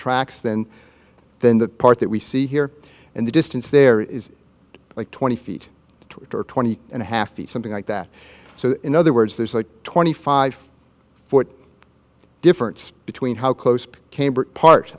than than the part that we see here and the distance there is like twenty feet or twenty and a half feet something like that so in other words there's a twenty five foot difference between how close to cambridge part